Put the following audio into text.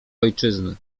ojczyzny